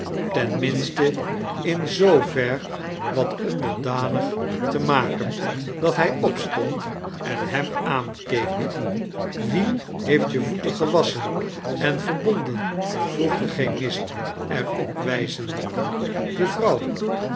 minste in zoo ver wat onderdanig te maken dat hij opstond en hem aankeek vv t ie heeft je voeten gewasschen on verbonden vroeg de chemist er op wijzende de vrouw